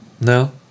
No